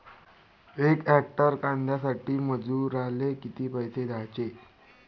यक हेक्टर कांद्यासाठी मजूराले किती पैसे द्याचे?